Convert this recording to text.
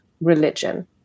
religion